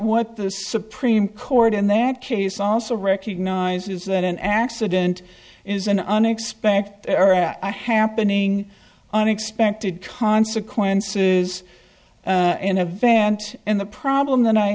what the supreme court in their case also recognizes that an accident is an unexpected happening unexpected consequences in a van and and the problem that i